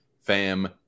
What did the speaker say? fam